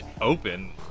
open